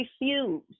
refuse